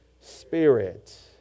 spirit